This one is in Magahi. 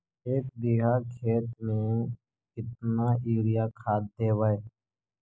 एक बिघा खेत में केतना युरिया खाद देवै?